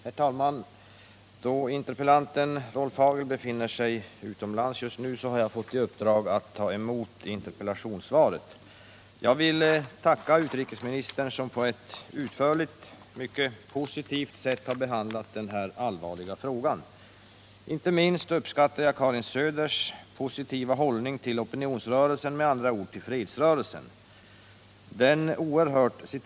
Herr talman! Då interpellanten, Rolf Hagel, befinner sig utomlands just nu har jag fått i uppdrag att ta emot interpellationssvaret. Jag vill tacka utrikesministern, som på ett utförligt och mycket positivt sätt har behandlat denna allvarliga fråga. Inte minst uppskattar jag Karin Söders positiva hållning till opinionsrörelsen, eller med andra ord till fredsrörelsen. Hon säger att rustningsdebatten har två viktiga sidor.